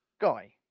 Guy